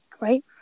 Right